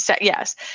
yes